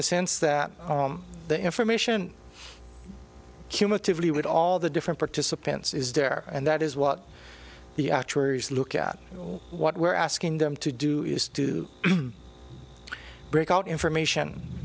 a sense that the information cumulatively with all the different participants is there and that is what the actuaries look at what we're asking them to do is to break out information